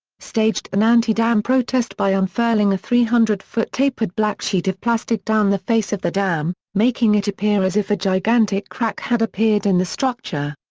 staged an anti-dam protest by unfurling a three hundred foot tapered black sheet of plastic down the face of the dam, making it appear as if a gigantic crack had appeared in the structure.